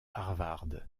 harvard